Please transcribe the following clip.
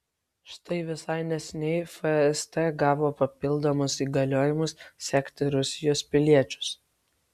štai visai neseniai fst gavo papildomus įgaliojimus sekti rusijos piliečius